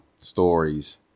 stories